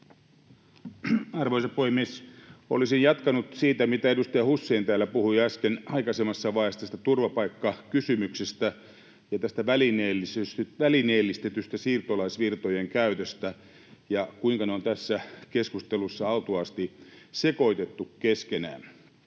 Arvoisa puhemies! Olisin jatkanut siitä, mitä edustaja Hussein al-Taee täällä puhui äsken, aikaisemmassa vaiheessa, tästä turvapaikkakysymyksestä ja tästä välineellistetystä siirtolaisvirtojen käytöstä ja siitä, kuinka ne on tässä keskustelussa autuaasti sekoitettu keskenään.